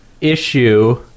issue